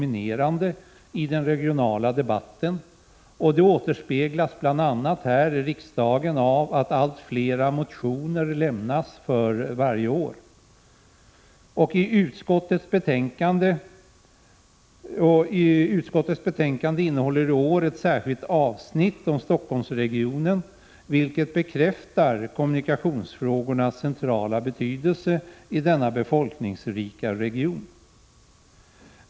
1986/87:113 dominerande i den regionala debatten. Det återspeglas här i riksdagen bl.a.i — 29 april 1987 att allt flera motioner i frågan lämnas för varje år. Utskottets betänkande innehåller i år ett särskilt avsnitt om Stockholmsregionen, vilket bekräftar kommunikationsfrågornas centrala betydelse i denna befolkningsrika region.